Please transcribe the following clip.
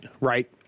Right